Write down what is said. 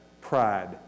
pride